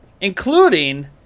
including